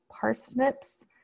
parsnips